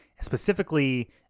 specifically